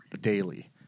daily